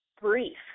brief